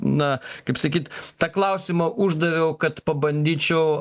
na kaip sakyt tą klausimą uždaviau kad pabandyčiau